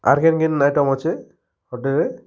ଆର୍ କେନ୍ କେନ୍ ଆଇଟମ୍ ଅଛେ ହୋଟେଲ୍ରେ